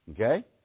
Okay